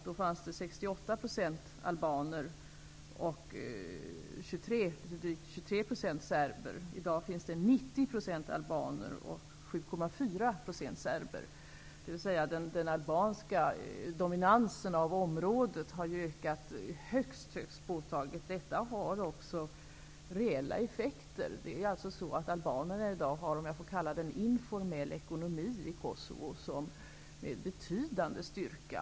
Då fanns det 68 % albaner och drygt 23 % serber. I dag finns det 90 % albaner och 7,4 % serber. Den albanska dominansen i området har ökat högst påtagligt, vilket har reella effekter. Albanerna har i dag en ''informell'' ekonomi i Kosovo, som är av betydande styrka.